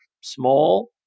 small